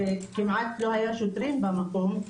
וכמעט לא היו שוטרים במקום,